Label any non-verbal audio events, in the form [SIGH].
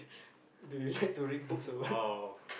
[BREATH] oh